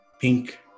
Pink